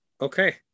Okay